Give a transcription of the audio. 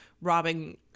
robbing